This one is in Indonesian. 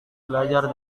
belajar